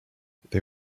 they